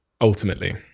Ultimately